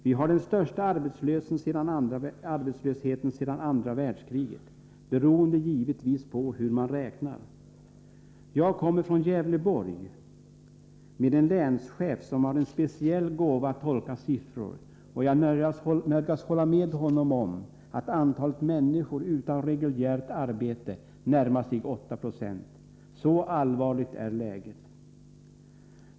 Vi har den största arbetslösheten sedan andra världskriget, beroende givetvis på hur man räknar. Jag kommer från Gävleborgs län, med en länschef som har en speciell förmåga att tolka siffror. Jag nödgas hålla med honom om att antalet människor utan reguljärt arbete närmar sig 8 26. Så allvarligt är läget.